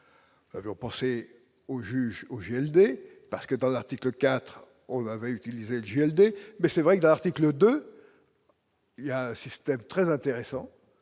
juge avait pensé aux juges au JLD parce que dans l'article IV on avait utilisé le JLD, mais c'est vrai que l'article 2 il y a un système très intéressant